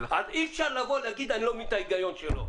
ולכן -- אז אי אפשר לבוא ולהגיד: לא הבנתי את ההיגיון שלו.